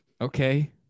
Okay